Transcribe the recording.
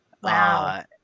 Wow